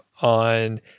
on